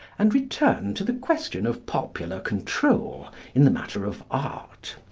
and return to the question of popular control in the matter of art,